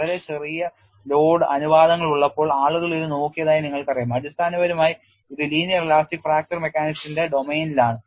വളരെ ചെറിയ ലോഡ് അനുപാതങ്ങൾ ഉള്ളപ്പോൾ ആളുകൾ ഇത് നോക്കിയതായി നിങ്ങൾക്കറിയാം അടിസ്ഥാനപരമായി ഇത് ലീനിയർ ഇലാസ്റ്റിക് ഫ്രാക്ചർ മെക്കാനിക്സിന്റെ ഡൊമെയ്നിലാണ്